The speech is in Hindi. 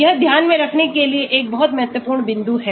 यह ध्यान में रखने के लिए एक बहुत महत्वपूर्ण बिंदु है